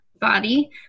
body